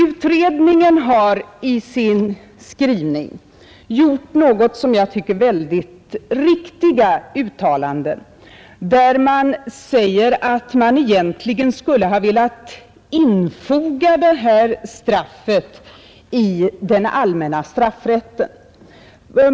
Utredningen har i sin skrivning gjort några mycket riktiga uttalanden, när man säger att man egentligen skulle ha velat infoga detta straff i den allmänna straffrätten.